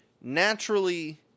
naturally